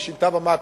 היא שינתה במקרו.